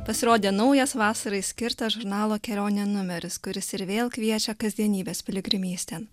pasirodė naujas vasarai skirtas žurnalo kelionė numeris kuris ir vėl kviečia kasdienybės piligrimystėn